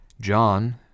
John